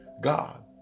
God